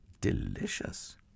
delicious